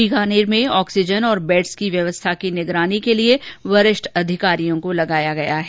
बीकानेर मे ऑक्सीजन और बैडस की व्यवस्था निगरानी करने के लिए वरिष्ठ अधिकारियों को लगाया गया है